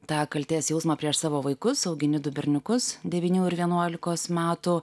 tą kaltės jausmą prieš savo vaikus augini du berniukus devynių ir vienuolikos metų